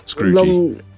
long